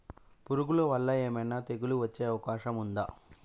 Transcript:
పురుగుల వల్ల ఏమైనా తెగులు వచ్చే అవకాశం ఉందా?